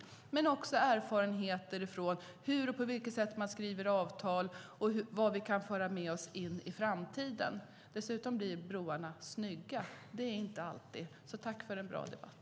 Men jag hoppas också att vi ska få erfarenheter av på vilket sätt man skriver avtal och vad vi kan föra med oss in i framtiden. Dessutom blir broarna snygga. Så är det inte alltid. Tack för en bra debatt!